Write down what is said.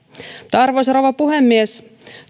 arvoisa rouva puhemies